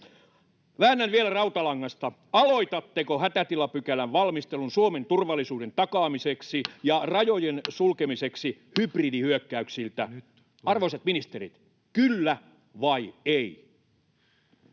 Väännän vielä rautalangasta: Aloitatteko hätätilapykälän valmistelun Suomen turvallisuuden takaamiseksi ja rajojen sulkemiseksi hybridihyökkäyksiltä? Arvoisat ministerit, kyllä vai ei?